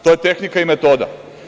To je tehnika i metoda.